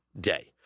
day